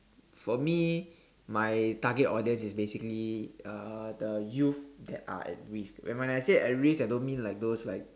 for me my target audience is basically uh the youth that are at risk and when I say at risk I don't mean like those like